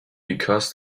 because